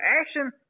action